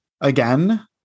Again